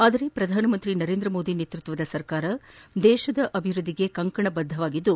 ಆದರೆ ಪ್ರಧಾನಿ ನರೇಂದ್ರ ಮೋದಿ ನೇತೃತ್ವದ ಸರ್ಕಾರ ದೇಶದ ಅಭಿವೃದ್ದಿಗೆ ಕಂಕಣ ತೊಟ್ಟದ್ದು